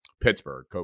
Pittsburgh